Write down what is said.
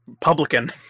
publican